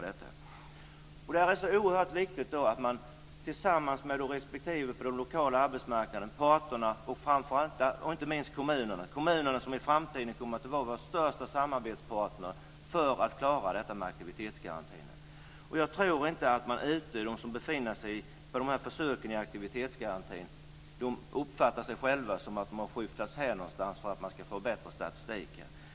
Det är oerhört viktigt att man arbetar tillsammans med den lokala arbetsmarknaden, parterna och inte minst kommunerna - kommunerna som i framtiden kommer att vara vår största samarbetspartner - om vi ska klara aktivitetsgarantin. Jag tror inte att de som befinner sig ute i försök med aktivitetsgaranti själva uppfattar att de har skyfflats bort för att man ska få bättre statistik.